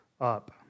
Up